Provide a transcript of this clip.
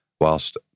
Whilst